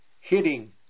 hitting